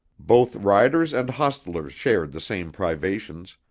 both riders and hostlers shared the same privations,